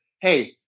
hey